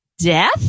Death